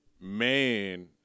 man